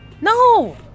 No